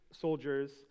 soldiers